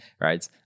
right